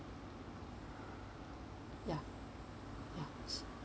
ya ya